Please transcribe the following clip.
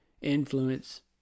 influence